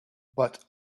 but